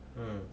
mm